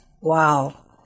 Wow